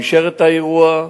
הוא אישר את האירוע.